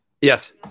yes